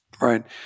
Right